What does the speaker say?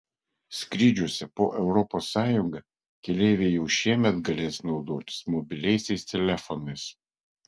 skrydžiuose po europos sąjungą keleiviai jau šiemet galės naudotis mobiliaisiais telefonais